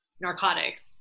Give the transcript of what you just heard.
narcotics